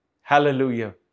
Hallelujah